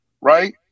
Right